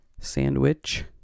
sandwich